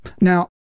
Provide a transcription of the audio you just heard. Now